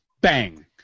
Bang